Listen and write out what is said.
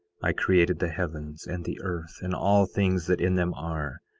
i created the heavens and the earth, and all things that in them are.